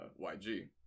YG